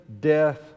death